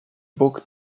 book